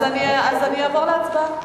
אז אני אעבור להצבעה.